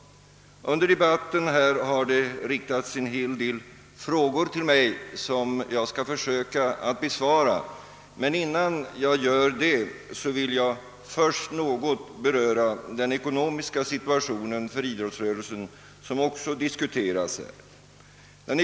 Under debatten här har riktats en hel del frågor till mig, vilka jag skall försöka att besvara, men innan jag gör det vill jag först något beröra den ekonomiska situationen för idrottsrörelsen som också diskuterats här.